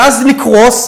ואז נקרוס,